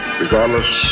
regardless